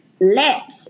let